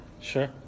Sure